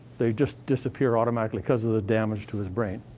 they just disappear automatically because of the damage to his brain.